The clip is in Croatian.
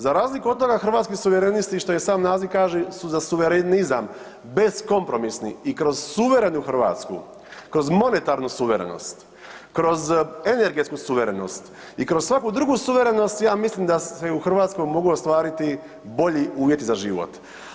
Za razliku od toga Hrvatski suverenisti što i sam naziv kaže su za suverenizam beskompromisni i kroz suverenu Hrvatsku, kroz monetarnu suverenost, kroz energetsku suverenost i kroz svaku drugu suverenost ja mislim da se u Hrvatskoj mogu ostvariti bolji uvjeti za život.